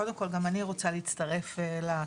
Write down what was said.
קודם כל גם אני רוצה להצטרף לתודה